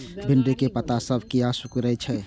भिंडी के पत्ता सब किया सुकूरे छे?